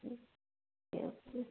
okay okay